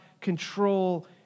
control